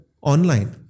online